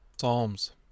Psalms